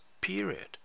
period